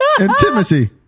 Intimacy